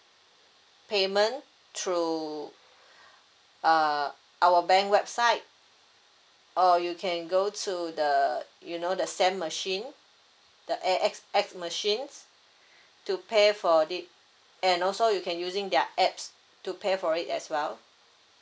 payment through uh our bank website or you can go to the you know the SAM machine the A_X_S machines to pay for it and also you can using their apps to pay for it as well